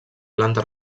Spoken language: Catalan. planta